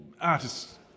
artists